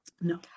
No